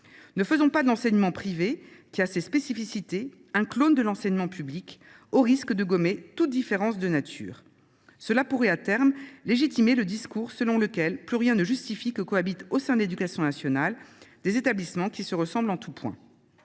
Ne faisons pas de l’enseignement privé, aux spécificités propres, un clone de l’enseignement public, au risque de gommer toute différence de nature entre eux. En outre, cela pourrait à terme légitimer le discours selon lequel plus rien ne justifie que cohabitent au sein de l’éducation nationale des établissements qui se ressemblent en tout point.